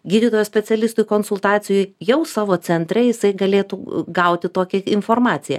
gydytojo specialistui konsultacijoj jau savo centre jisai galėtų gauti tokią informaciją